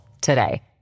today